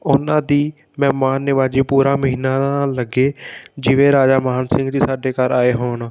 ਉਹਨਾਂ ਦੀ ਮਹਿਮਾਨ ਨਿਵਾਜੀ ਪੂਰਾ ਮਹੀਨਾ ਲੱਗੇ ਜਿਵੇਂ ਰਾਜਾ ਮਾਨ ਸਿੰਘ ਜੀ ਸਾਡੇ ਘਰ ਆਏ ਹੋਣ